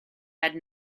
had